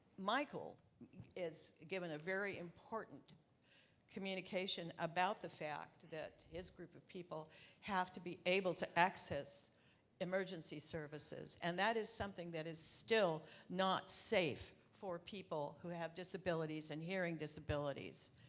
michael is given a very important communication about the fact that his group of people have to be able to access emergency services. and that is something that is still not safe for people who have disabilities and hearing disabilities.